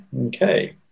Okay